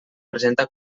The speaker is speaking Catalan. presenta